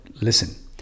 listen